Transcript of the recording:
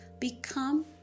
Become